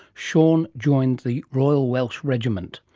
shaun joined the royal welsh regiment.